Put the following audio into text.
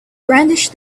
brandished